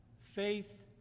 faith